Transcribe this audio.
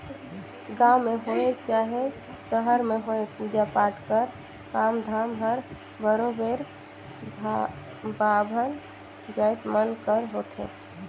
गाँव में होए चहे सहर में होए पूजा पाठ कर काम धाम हर बरोबेर बाभन जाएत मन कर होथे